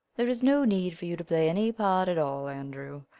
there is no need for you to play any part at all, andrew.